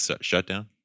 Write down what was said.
shutdown